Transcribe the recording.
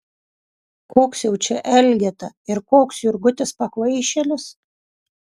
koks jau čia elgeta ir koks jurgutis pakvaišėlis